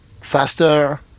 faster